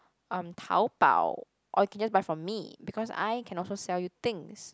um Taobao or you can just buy from me because I can also sell you things